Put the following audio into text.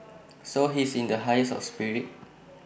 so he's in the highest of spirits